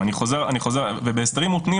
אני לא יודע בסופו של דבר מה תהיה התוצאה הסופית,